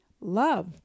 love